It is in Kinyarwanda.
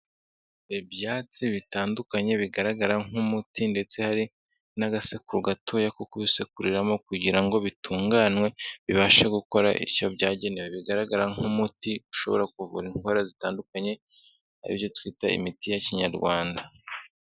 Ibyatsi bitandukanye bigaragara nk'umuti ndetse hari n'agasekuru gatoya ko kubisekuriramo kugira ngo bitunganwe, bibashe gukora icyo byagenewe, bigaragara nk'umuti ushobora kuvura indwara zitandukanye ari byo twita imiti ya Kinyarwanda.